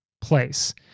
place